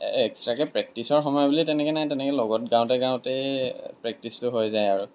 এ এক্সট্ৰাকৈ প্ৰেক্টিছৰ সময় বুলি তেনেকৈ নাই তেনেকৈ লগত গাওঁতে গাওঁতেই প্ৰেক্টিছটো হৈ যায় আৰু